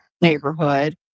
neighborhood